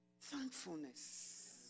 thankfulness